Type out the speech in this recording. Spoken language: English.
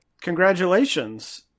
Congratulations